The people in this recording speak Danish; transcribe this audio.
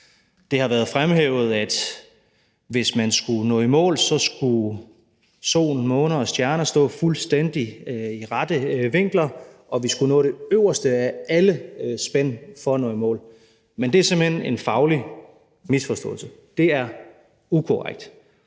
det har været fremhævet, at hvis man skulle nå i mål, skulle sol, måne og stjerner stå i fuldstændig rette vinkler, og vi skulle nå det øverste af alle spænd for at nå i mål. Men det er simpelt hen en faglig misforståelse. Det er ukorrekt.